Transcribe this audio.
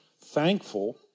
thankful